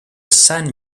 san